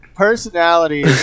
personality